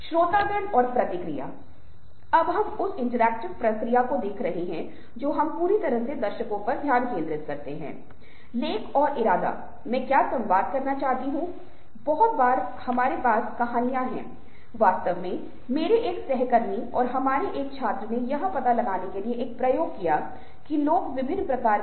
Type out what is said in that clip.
हमारे पास कुछ मज़ेदार गेम और इंटरैक्शन भी होंगे और यहां तक कि यह भी कहेंगे कि क्विज़ या सर्वेक्षण फर्श संगीत को एक साथ लेते हैं और उन निष्कर्षों के साथ बाहर आते हैं जिन्हें हम सहयोगी रूप से पहचानने में सक्षम हैं